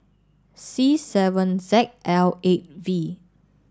C seven Z L eight V